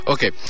Okay